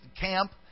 camp